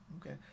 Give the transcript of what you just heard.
okay